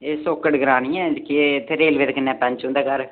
एह् सौकड़ ग्रांऽ निं ऐ जेह्के इत्थै रेलवे दे कन्नै पैंच हुंदा घर